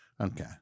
Okay